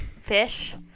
Fish